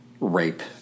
rape